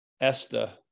esther